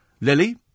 Lily